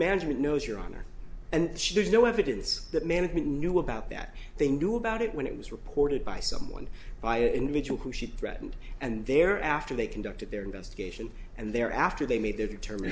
management knows your honor and she there's no evidence that management knew about that they knew about it when it was reported by someone by individual who she threatened and they're after they conducted their investigation and they're after they made their term